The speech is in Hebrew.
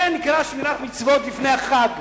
זה נקרא שמירת מצוות לפני החג.